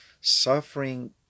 suffering